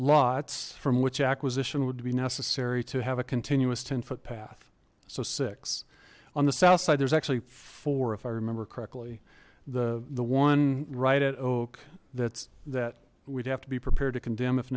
lots from which acquisition would be necessary to have a continuous ten foot path so six on the south side there's actually four if i remember correctly the the one right at oak that's that we'd have to be prepared to condemn if